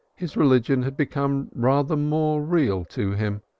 his religion had become rather more real to him.